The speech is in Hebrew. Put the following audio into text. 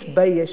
מתביישת.